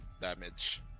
damage